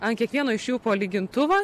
ant kiekvieno iš jų po lygintuvą